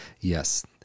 Yes